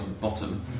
bottom